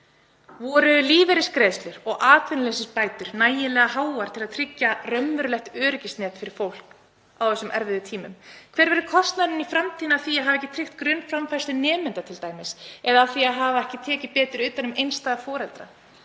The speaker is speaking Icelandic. Voru lífeyrisgreiðslur og atvinnuleysisbætur nægilega háar til að tryggja raunverulegt öryggisnet fyrir fólk á þessum erfiðu tímum? Hver verður kostnaðurinn í framtíðinni af því að hafa ekki tryggt grunnframfærslu nemenda t.d. eða af því að hafa ekki tekið betur utan um einstæða foreldra,